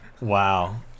wow